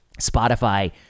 Spotify